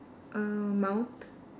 err mouth